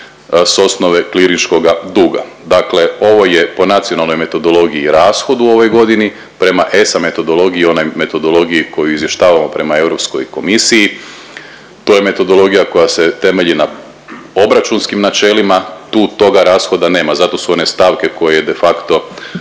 s osnove klirinškoga duga, dakle ovo je po nacionalnoj metodologiji rashod u ovoj godini, prema ESA metodologiji, onoj metodologiji koju izvještavamo prema Europskoj komisiji, to je metodologija koja se temelji na obračunskim načelima, tu toga rashoda nema, zato su one stavke koje de facto